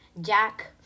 Jack